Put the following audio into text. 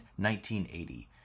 1980